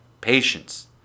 patience